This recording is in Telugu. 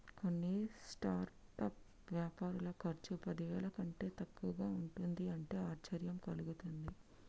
కొన్ని స్టార్టప్ వ్యాపారుల ఖర్చు పదివేల కంటే తక్కువగా ఉంటుంది అంటే ఆశ్చర్యం కలుగుతుంది